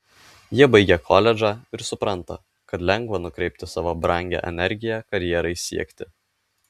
jie baigia koledžą ir supranta kad lengva nukreipti savo brangią energiją karjerai siekti